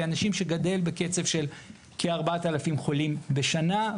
אנשים שגדל בקצב של כ-4,000 חולים בשנה.